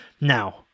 Now